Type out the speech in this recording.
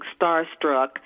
starstruck